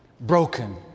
broken